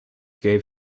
gave